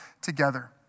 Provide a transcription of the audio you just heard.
together